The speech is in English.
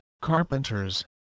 carpenters